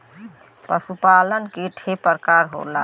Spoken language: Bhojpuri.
पशु पालन के ठे परकार होला